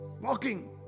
walking